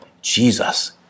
Jesus